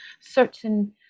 certain